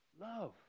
love